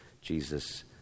Jesus